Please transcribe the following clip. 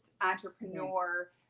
entrepreneur